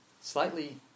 Slightly